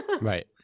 Right